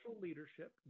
Leadership